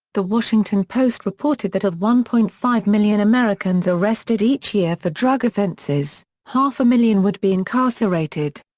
the washington post reported that of one point five million americans arrested each year for drug offenses, half a million would be incarcerated.